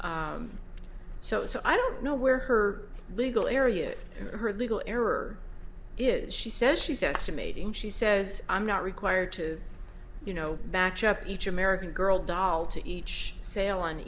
so so i don't know where her legal areas and her legal error is she says she says to mating she says i not required to you know back up each american girl doll to each sale on